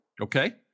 Okay